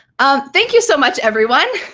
um thank you so much, everyone,